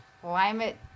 climate